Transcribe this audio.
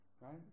Right